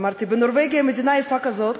אמרתי: בנורבגיה, מדינה יפה כזאת,